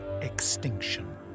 Extinction